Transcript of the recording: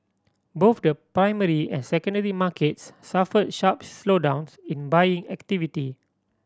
both the primary and secondary markets suffered sharps slowdowns in buying activity